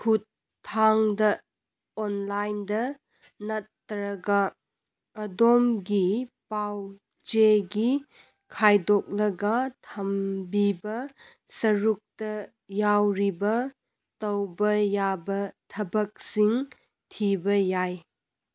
ꯈꯨꯠꯊꯥꯡꯗ ꯑꯣꯟꯂꯥꯏꯟꯗ ꯅꯠꯇ꯭ꯔꯒ ꯑꯗꯣꯝꯒꯤ ꯄꯥꯎ ꯆꯦꯒꯤ ꯈꯥꯏꯗꯣꯛꯂꯒ ꯊꯝꯕꯤꯕ ꯁꯔꯨꯛꯇ ꯌꯥꯎꯔꯤꯕ ꯇꯧꯕ ꯌꯥꯕ ꯊꯕꯛꯁꯤꯡ ꯊꯤꯕ ꯌꯥꯏ